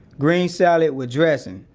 green salad with dressing.